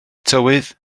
tywydd